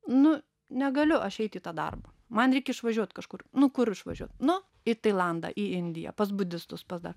nu negaliu aš eit į tą darbą man reikia išvažiuot kažkur nu kur išvažiuot nu į tailandą į indiją pas budistus pas dar